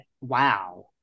wow